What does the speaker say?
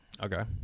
Okay